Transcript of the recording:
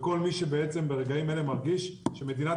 וכל מי שבעצם ברגעים אלה מרגיש שמדינת